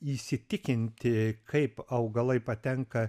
įsitikinti kaip augalai patenka